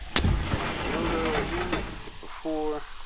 take my logo again like we did before.